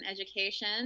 education